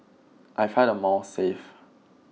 I find the malls safe